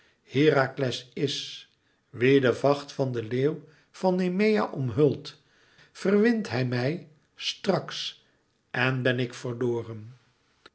herakles is wien de vacht van de leeuw van nemea omhult verwint hij mij straks en ben ik verloren